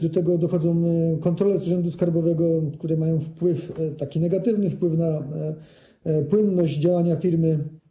Do tego dochodzą kontrole z urzędu skarbowego, które mają negatywny wpływ na płynność działania firmy.